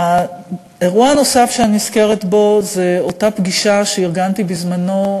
אירוע נוסף שאני נזכרת בו הוא אותה פגישה שארגנתי בזמנו,